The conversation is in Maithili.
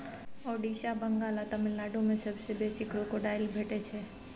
ओड़िसा, बंगाल आ तमिलनाडु मे सबसँ बेसी क्रोकोडायल भेटै छै